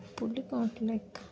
Pulicat lake